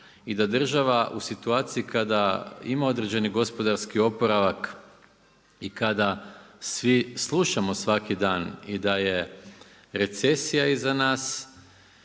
i da država u situaciji kada ima određeni gospodarski oporavak i kada svi slušamo svaki dan i da je recesija iza nas